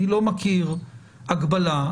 אני לא מכיר הגבלה.